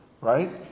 right